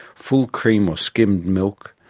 full-cream or skimmed milk,